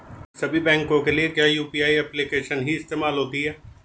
सभी बैंकों के लिए क्या यू.पी.आई एप्लिकेशन ही इस्तेमाल होती है?